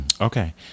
Okay